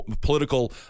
political